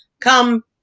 come